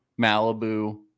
Malibu